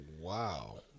wow